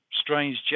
strange